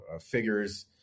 figures